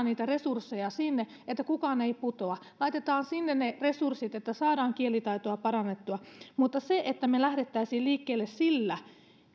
niitä resursseja sinne että kukaan ei putoa laitetaan sinne ne resurssit että saadaan kielitaitoa parannettua mutta se että me lähtisimme liikkeelle sillä